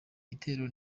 gitero